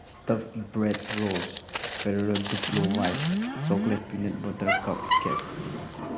stuffed bread rose Ferrero Duplo white chocolate peanut butter cup cake